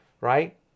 right